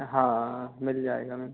हाँ मिल जाएगा मैम